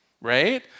right